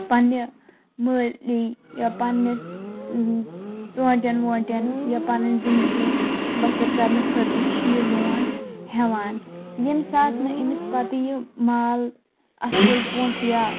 پَننہِ مٲلی یا پَننِس ژونٛٹھیٚن وونٛٹیٚن یا پَنٕنۍ زِندگی بَسَر کَرنہٕ خٲطرٕ چھِ یہِ لون ہیٚوان ییٚمہِ ساتہٕ نہٕ أمِس پَتہٕ یہِ مال اَصٕل پٲنٛٹھۍ یا